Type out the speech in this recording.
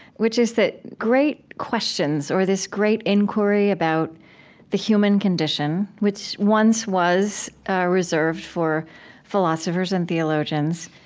which is that great questions, or this great inquiry about the human condition, which once was ah reserved for philosophers and theologians,